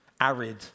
Arid